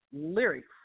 lyrics